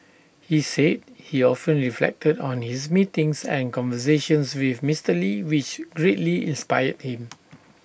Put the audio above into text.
he said he often reflected on his meetings and conversations with Mister lee which greatly inspired him